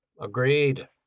Agreed